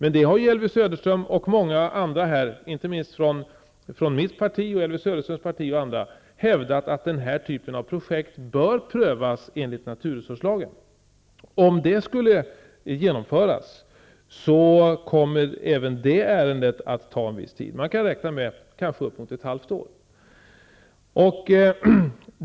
Nu har ju Elvy Söderström och många andra, inte minst från mitt parti, Elvy Söderströms parti och andra, hävdat att den här typen av projekt bör prövas enligt naturresurslagen. Om det skall genomföras, kommer även det att ta en viss tid. Man kan räkna med bortemot ett halvår.